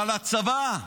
אבל הצבא,